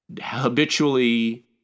habitually